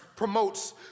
Promotes